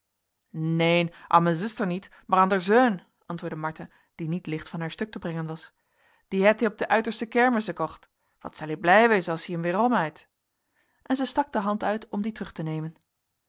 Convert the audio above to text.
an men zuster niet maar an der zeun antwoordde martha die niet licht van haar stuk te brengen was die heittie op de uitersche kermis ekocht wat zel ie blij wezen as ie hem weerom heit en zij stak de hand uit om dien terug te nemen